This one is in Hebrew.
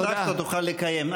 הבטחת, תוכל לקיים.